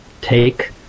take